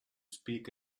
speak